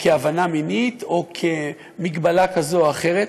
כהבנה מינית או כמגבלה כזאת או אחרת,